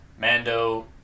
mando